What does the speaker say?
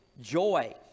joy